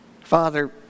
Father